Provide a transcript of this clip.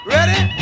Ready